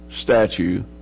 statue